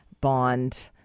bond